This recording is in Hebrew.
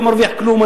לא מרוויח כלום,